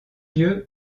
lieu